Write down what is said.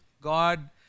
God